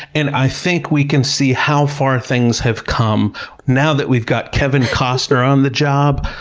and i think we can see how far things have come now that we've got kevin costner on the job.